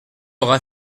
aura